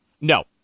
no